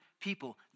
people